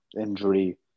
injury